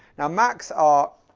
now mac's are